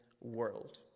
world